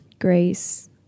grace